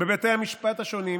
בבתי המשפט השונים,